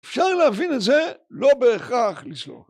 אפשר להבין את זה, לא בהכרח לסלוח.